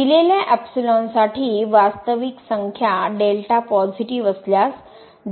दिलेल्या एप्सिलॉनसाठी वास्तविक संख्या डेल्टा पॉझिटिव्ह असल्यास